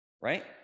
right